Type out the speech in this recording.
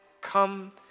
Come